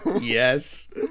Yes